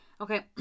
Okay